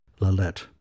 Lalette